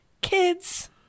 kids